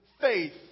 faith